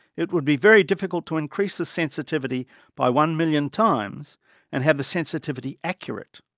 it would be very difficult to increase the sensitivity by one million times and have the sensitivity accurate.